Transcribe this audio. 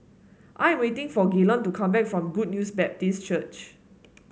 I am waiting for Gaylon to come back from Good News Baptist Church